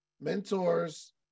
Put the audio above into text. mentors